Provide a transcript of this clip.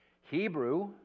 Hebrew